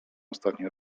ostatnio